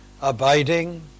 abiding